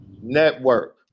Network